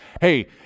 hey